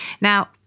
Now